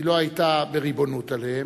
היא לא היתה בריבונות עליהם.